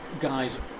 guys